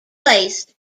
placed